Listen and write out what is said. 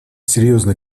серьезно